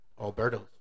Alberto